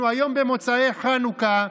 אנחנו היום במוצאי חנוכה,